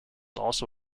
also